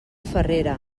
farrera